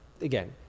again